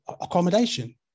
accommodation